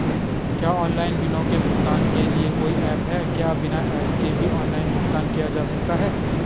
क्या ऑनलाइन बिलों के भुगतान के लिए कोई ऐप है क्या बिना ऐप के भी ऑनलाइन भुगतान किया जा सकता है?